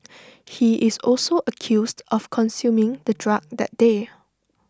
he is also accused of consuming the drug that day